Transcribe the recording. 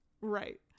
right